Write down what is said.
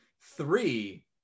three